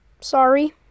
Sorry